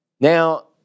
Now